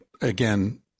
again